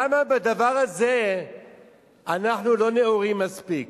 למה בדבר הזה אנחנו לא נאורים מספיק?